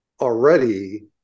already